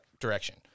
direction